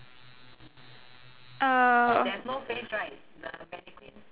uh